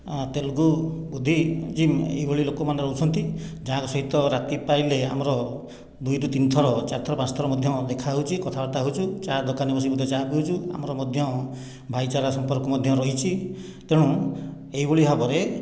Telugu Buddhism ଏହିଭଳି ଲୋକମାନେ ରହୁଛନ୍ତି ଯାହାଙ୍କ ସହିତ ରାତି ପାହିଲେ ଆମର ଦୁଇରୁ ତିନି ଥର ଚାରି ଥର ପାଞ୍ଚ ଥର ମଧ୍ୟ ଦେଖା ହେଉଛି କଥାବାର୍ତ୍ତା ହେଉଛୁ ଚାହା ଦୋକାନରେ ମଧ୍ୟ ବସି ଚାହା ପିଉଛୁ ଆମର ମଧ୍ୟ ଭାଇଚାରା ସମ୍ପର୍କ ମଧ୍ୟ ରହିଛି ତେଣୁ ଏହିଭଳି ଭାବରେ